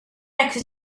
next